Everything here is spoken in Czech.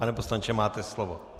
Pane poslanče, máte slovo.